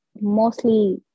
mostly